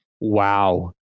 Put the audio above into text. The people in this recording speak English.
Wow